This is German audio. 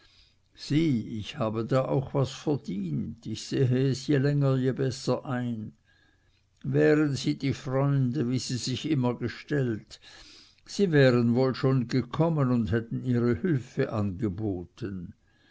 ich habe da auch was verdient ich sehe es je länger je besser ein wären sie die freunde wie sie sich immer gestellt sie wären wohl schon gekommen und hätten ihre hülfe angeboten